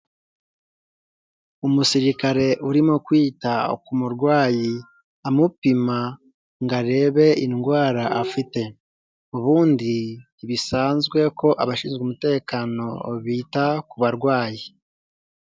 Umusirikare urimo kwita ku murwayi amupima ngo arebe indwara afite. ubundi, ntibisanzwe ko abashinzwe umutekano bita ku barwayi.